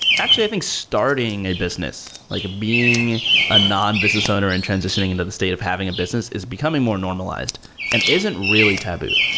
actually, i think starting a business, like being in a nonbusiness owner and transitioning into the state of having a business is becoming more normalized and isn't really taboo.